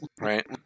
Right